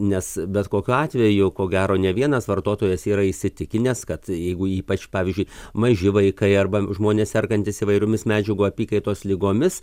nes bet kokiu atveju ko gero ne vienas vartotojas yra įsitikinęs kad jeigu ypač pavyzdžiui maži vaikai arba žmonės sergantys įvairiomis medžiagų apykaitos ligomis